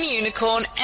unicorn